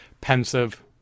pensive